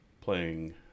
playing